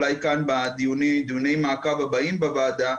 אולי כאן בדיוני המעקב הבאים בוועדה,